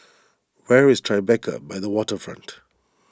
where is Tribeca by the Waterfront